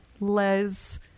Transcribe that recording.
Les